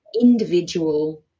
individual